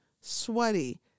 sweaty